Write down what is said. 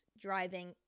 driving